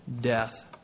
death